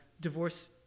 divorce